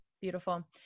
beautiful